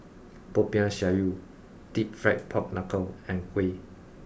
Popiah Sayur Deep Fried Pork Knuckle and Kuih